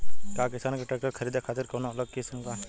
का किसान के ट्रैक्टर खरीदे खातिर कौनो अलग स्किम बा?